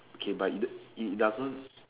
okay but it it doesn't